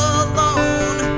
alone